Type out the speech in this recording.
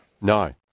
no